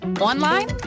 online